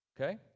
Okay